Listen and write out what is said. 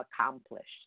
accomplished